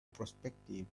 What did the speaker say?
prospective